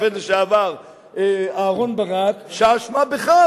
השופט לשעבר אהרן ברק: האשמה בך,